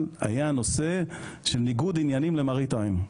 היה נושא של ניגוד עניינים למראית העין.